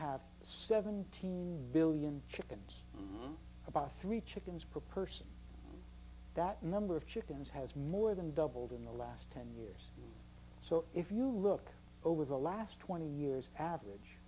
have seventeen billion chickens about three chickens per person that number of chickens has more than doubled in the last ten years so if you look over the last twenty years average